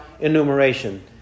enumeration